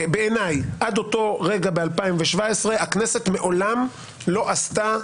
עד אותו רגע ב-2017, הכנסת מעולם לא עשתה